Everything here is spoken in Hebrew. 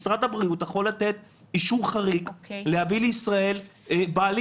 משרד הבריאות יכול לתת אישור חריג להביא לישראל בעלים